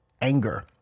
anger